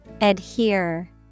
adhere